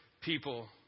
people